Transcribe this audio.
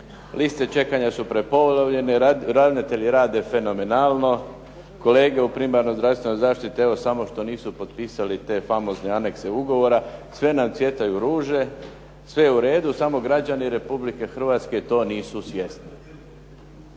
Liste čekanja su prepolovljene. Ravnatelji rade fenomenalno. Kolege u primarnoj zdravstvenoj zaštiti evo samo što nisu potpisali te famozne anexa ugovora. Sve nam cvjetaju ruže. Sve je u redu samo građani Republike Hrvatske to nisu svjesni.